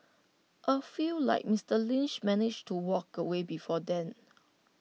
A few like Mister Lynch manage to walk away before then